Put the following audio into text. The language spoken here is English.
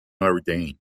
ordained